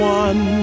one